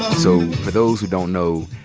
um so for those who don't know,